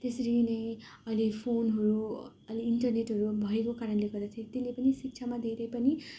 त्यसरी नै अहिले फोनहरू अहिले इन्टरनेटहरू भएको कारणले गर्दा त्यही त्यसले पनि शिक्षामा धेरै पनि